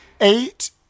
eight